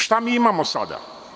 Šta mi imamo sada?